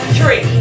Three